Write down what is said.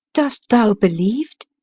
dost thou believe't?